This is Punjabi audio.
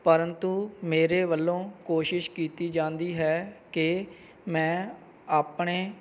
ਪਰੰਤੂ ਮੇਰੇ ਵੱਲੋਂ ਕੋਸ਼ਿਸ਼ ਕੀਤੀ ਜਾਂਦੀ ਹੈ ਕਿ ਮੈਂ ਆਪਣੇ